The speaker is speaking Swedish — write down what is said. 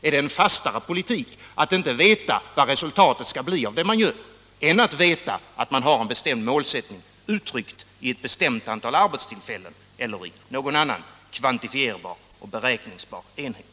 Är det en fastare politik att inte veta vad resultatet skall bli av det man gör än att veta att man har en bestämd målsättning uttryckt i ett bestämt antal arbetstillfällen eller i någon annan kvantifierbar eller beräkningsbar enhet?